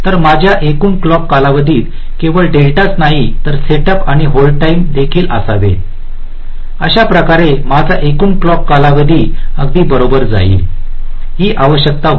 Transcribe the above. तर माझ्या एकूण क्लॉक कालावधीत केवळ डेल्टाच नाही तर सेटअप आणि होल्ड टाईम देखील असावेत अशा प्रकारे माझा एकूण क्लॉक कालावधी अगदी बरोबर जाईल ही आवश्यकता होती